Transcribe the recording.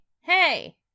Hey